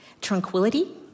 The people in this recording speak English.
Tranquility